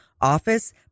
office